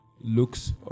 looks